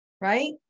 right